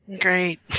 Great